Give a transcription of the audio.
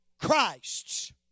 Christ's